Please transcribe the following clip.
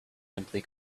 simply